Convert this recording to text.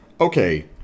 okay